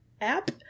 app